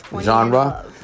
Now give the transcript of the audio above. genre